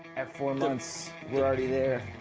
at four months, we're already there.